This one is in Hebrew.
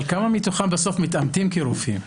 אבל כמה מתוכם בסוף מתאמתים כרופאים?